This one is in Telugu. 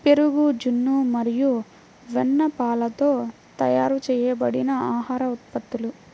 పెరుగు, జున్ను మరియు వెన్నపాలతో తయారు చేయబడిన ఆహార ఉత్పత్తులు